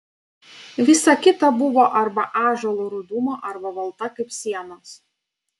visa kita buvo arba ąžuolo rudumo arba balta kaip sienos